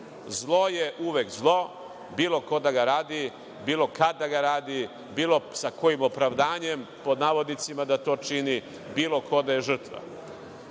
Zlo je uvek zlo, bilo ko da ga radi, bilo kad da ga radi, bilo sa kojim opravdanjem, pod navodnicima, da to čini, bili ko da je